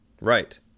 Right